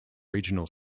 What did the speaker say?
regional